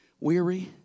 weary